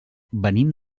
venim